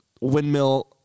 windmill